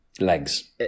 Legs